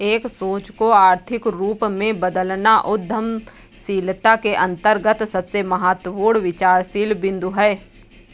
एक सोच को आर्थिक रूप में बदलना उद्यमशीलता के अंतर्गत सबसे महत्वपूर्ण विचारशील बिन्दु हैं